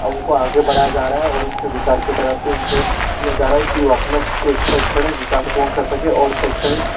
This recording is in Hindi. उनको आगे बढ़ाया जा रहा है और उनके विकास के तरफ भी उनको दिया जा रहा है की वह अपना शैक्षणिक विकास पूर्ण कर सके और शैक्षणिक